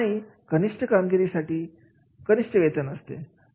णि कनिष्ठ कामगिरी करणार्यांसाठी कनिष्ठ वेतन असते